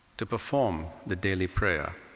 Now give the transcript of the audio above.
to perform the daily prayer,